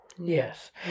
Yes